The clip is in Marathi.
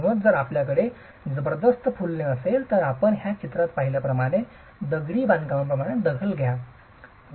म्हणूनच जर आपल्याकडे जबरदस्त फुलणे असेल तर आपण या चित्रात पाहिल्याप्रमाणे दगडी बांधकामामध्ये दाग घ्याल